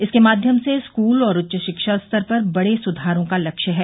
इसके माध्यम से स्कूल और उच्च शिक्षा स्तर पर बड़े सुधारों का लक्ष्य है